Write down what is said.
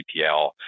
DPL